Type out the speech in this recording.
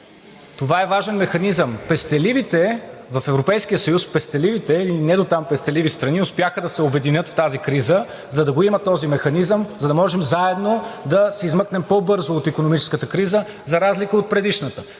Това е важен механизъм. Пестеливите в Европейския съюз – пестеливите, и недотам пестеливи страни, успяха да се обединят в тази криза, за да го има този механизъм, за да можем заедно да се измъкнем по-бързо от икономическата криза, за разлика от предишната.